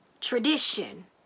tradition